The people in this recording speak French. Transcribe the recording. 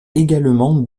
également